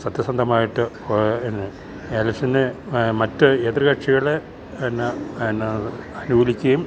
സത്യസന്ധമായിട്ട് എലക്ഷന് മറ്റ് എതിര് കക്ഷികൾ എന്നെ എന്നാ അനുകൂലിക്ക്യേം